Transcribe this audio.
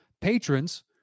patrons